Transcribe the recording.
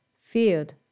feared